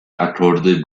akordy